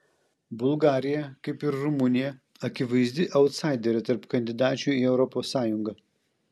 bulgarija kaip ir rumunija akivaizdi autsaiderė tarp kandidačių į europos sąjungą